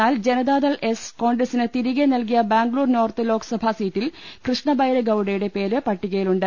എന്നാൽ ജനതാദൾ എസ് കോൺഗ്രസിന് തിരികെ നൽകിയ ബാംഗ്ലൂർ നോർത്ത് ലോക്സഭാ സീറ്റിൽ കൃഷ്ണബൈര ഗൌഡയുടെ പേര് പട്ടികയിലുണ്ട്